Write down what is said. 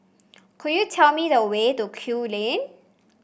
could you tell me the way to Kew Lane